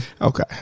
Okay